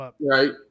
Right